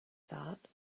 thought